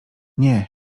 nie